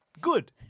Good